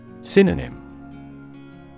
Synonym